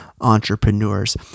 Entrepreneurs